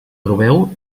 trobeu